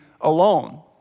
alone